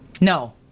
No